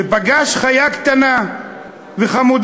ופגש חיה קטנה וחמודה.